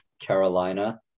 Carolina